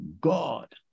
God